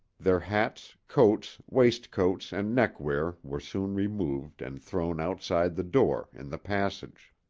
their hats, coats, waistcoats and neckwear were soon removed and thrown outside the door, in the passage.